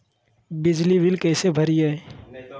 बिजली बिल कैसे भरिए?